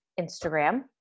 Instagram